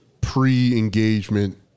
pre-engagement